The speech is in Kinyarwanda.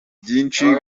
byinshi